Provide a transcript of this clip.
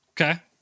okay